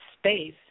space